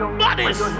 bodies